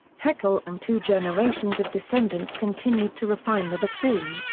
heckel and two generations of descendants continued to refine the bassoon,